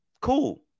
cool